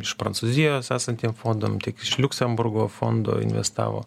iš prancūzijos esantiem fondam tiek iš liuksemburgo fondo investavo